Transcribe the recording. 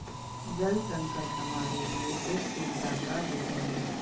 जल संकट हमारे लिए एक चिंता का विषय है